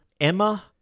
Emma